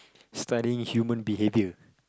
studying human behaviour